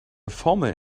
formel